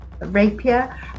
Rapier